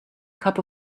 cup